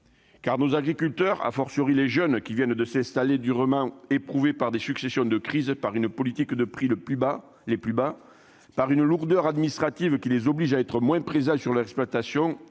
Car nos agriculteurs, les jeunes qui viennent de s'installer, déjà durement éprouvés par une succession de crises, une politique du prix le plus bas, une lourdeur administrative qui les oblige à être moins présents sur leur exploitation,